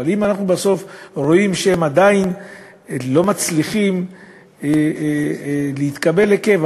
אבל אם אנחנו בסוף רואים שהם עדיין לא מצליחים להתקבל לקבע,